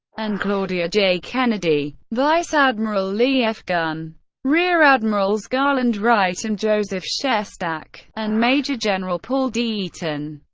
and claudia j. kennedy vice admiral lee f. gunn rear admirals garland wright and joseph sestak and major general paul d. eaton.